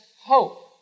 hope